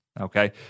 okay